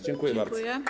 Dziękuję bardzo.